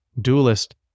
duelist